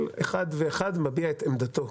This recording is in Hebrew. כל אחד ואחד מביע את עמדתו.